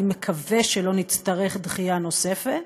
אני מקווה שלא נצטרך דחייה נוספת,